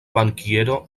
bankiero